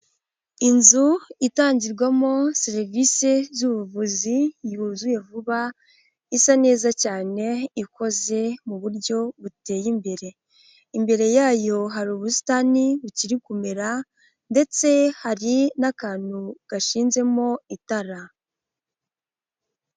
Inzu itangirwamo serivise z'ubuvuzi yuzuye vuba isa neza cyane ikoze mu buryo buteye imbere, imbere yayo hari ubusitani bukiri kumera ndetse hari n'akantu gashinzemo itara.